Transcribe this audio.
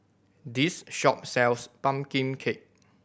this shop sells pumpkin cake